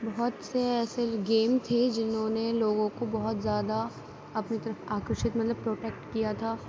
بہت سے ایسے گیم تھے جنہوں نے لوگوں کو بہت زیادہ اپنی طرف آکرشت مطلب پروٹیکٹ کیا تھا